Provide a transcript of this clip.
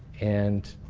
and